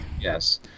Yes